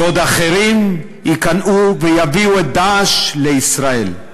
בעוד אחרים ייכנעו ויביאו את "דאעש" לישראל.